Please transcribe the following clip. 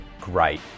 great